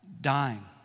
dying